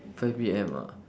five P_M ah